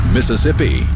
Mississippi